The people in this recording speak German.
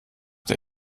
der